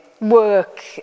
work